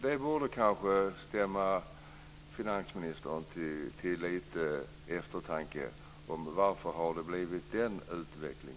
Det borde stämma finansministern till eftertanke. Varför har det blivit en sådan utveckling?